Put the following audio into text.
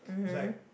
is like